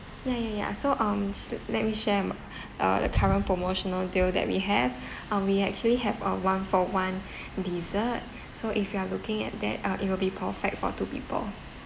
ya ya ya so um let me share my uh the current promotional deal that we have um we actually have uh one for one dessert so if you are looking at that uh it will be perfect for two people